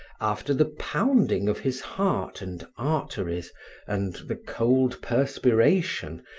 after the pounding of his heart and arteries and the cold perspiration,